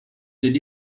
did